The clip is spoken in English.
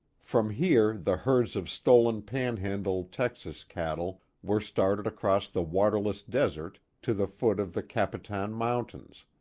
from here the herds of stolen panhandle, texas, cattle were started across the waterless desert to the foot of the capitan mountains,